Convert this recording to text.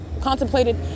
contemplated